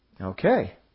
Okay